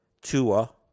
Tua